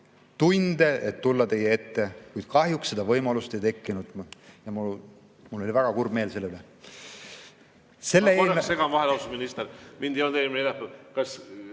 tunde, et tulla teie ette, kuid kahjuks seda võimalust ei tekkinud. Mul oli väga kurb meel selle üle.